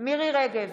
מירי מרים רגב,